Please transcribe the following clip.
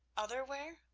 other where?